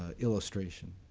ah illustration.